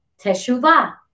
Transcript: Teshuvah